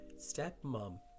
Stepmom